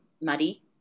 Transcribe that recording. muddy